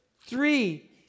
three